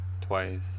Twice